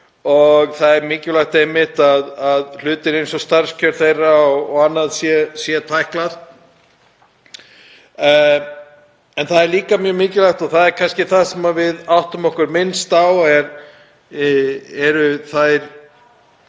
og það er mikilvægt að hlutir eins og starfskjör og annað séu tæklaðir. En þær eru líka mjög mikilvægar, og það er kannski það sem við áttum okkur minnst á, þær